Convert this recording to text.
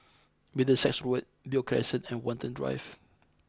Middlesex Road Beo Crescent and Watten Drive